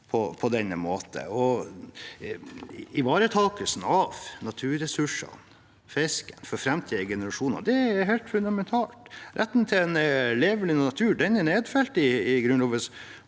Ivaretakelsen av naturressursene, av fisken, for framtidige generasjoner, er helt fundamentalt. Retten til en levelig natur er nedfelt i Grunnloven